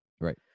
Right